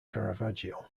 caravaggio